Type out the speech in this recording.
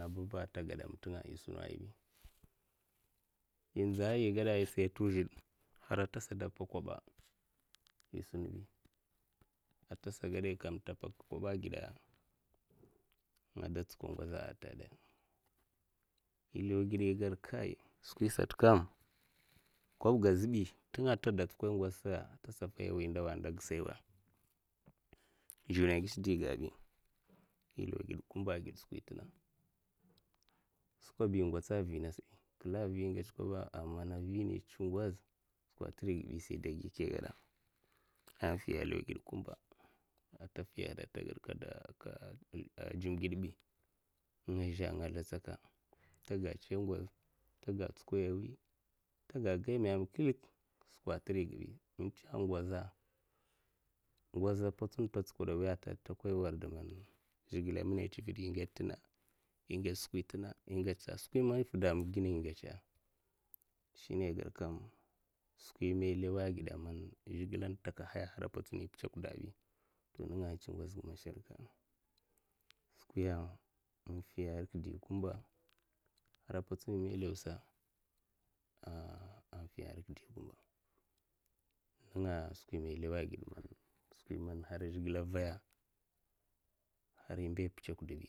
A babba tageda mtinga isuna ayibi inzaga igada sai a tuzhud hara tasa pa koba isumbi a tasa gadaikam ta pakakoba a gida'a ngada tsukad ngoza'a i law gida kai skwisat kam kobga a zhebi tinga teda tsukad ngoz ndawa men a da gisawa nzuna a gish digabi ilaw gid kumba agida skwi intina skwabi igwatsa a vinasbi kla'a vi igwats koba a vina itsa ngoz skwa'a, tirigabisa kwas idagike igada a fiya lawgid ata fiyahada a ta gad kade dzimgidbi ngazha nga slda tsaka taga tsai ngoz taga tsikaiya awi taga gai mame skwa trigbi intsa ngoza a patsum ta tsukda awiya tagad takwa iwarda man zhukle minam tsivid ingats skwi tina a skwi man ifidamaba igatsa shine ai gadkam skwi man ilawa'a a gida zhikle in takahaya har ipitsokdabi to ninga intsi ngozga in mashalkaya'a. skwiya'a infina rikidi kumba hara satsuna man ilawsa a, fiya rikidi kumba ninga a skwi man ilawa'a gida man skwi man har zhikle vaya har a mbai pitsokdabi.